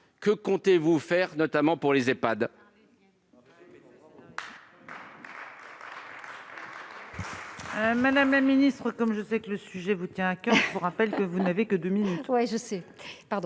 que comptez-vous faire, notamment pour les Ehpad ?